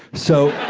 so.